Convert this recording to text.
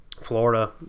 Florida